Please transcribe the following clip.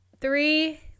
three